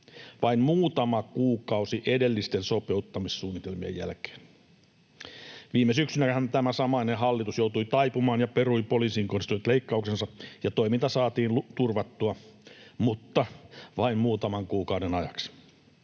vain muutama kuukausi edellisten sopeuttamissuunnitelmien jälkeen. Viime syksynähän tämä samainen hallitus joutui taipumaan ja perui poliisiin kohdistuneet leikkauksensa, ja toiminta saatiin turvattua, mutta vain muutaman kuukauden ajaksi.